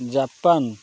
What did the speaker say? Japan